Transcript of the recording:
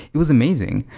it was amazing.